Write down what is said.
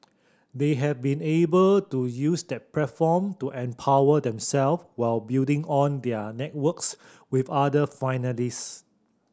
they have been able to use that platform to empower themself while building on their networks with other finalist